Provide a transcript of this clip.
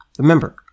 Remember